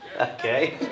Okay